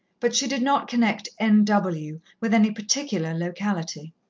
but she did not connect n w. with any particular locality.